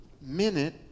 minute